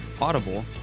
Audible